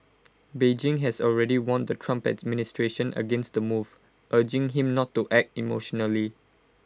Beijing has already warned the Trump administration against the move urging him not act emotionally